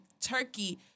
Turkey